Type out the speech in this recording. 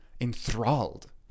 enthralled